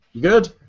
good